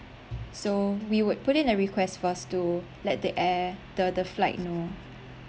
so we would put in a request first to let the air the the flight know